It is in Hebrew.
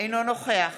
אינו נוכח